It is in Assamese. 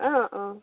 অঁ অঁ